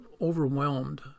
overwhelmed